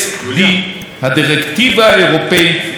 הדירקטיבה האירופית לעניין שירותי תשלום.